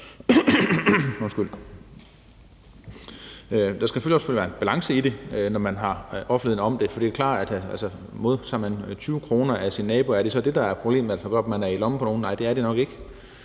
Der skal selvfølgelig også være en balance i det, når man har offentlighed omkring det, for det er klart, at modtager man 20 kr. af sin nabo, kan man spørge, om det så er det, der er problemet, i forhold til om man er i lommen på nogen. Nej, det er det nok ikke.